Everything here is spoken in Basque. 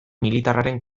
militarraren